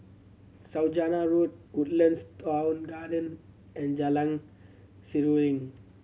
Saujana Road Woodlands Town Garden and Jalan Seruling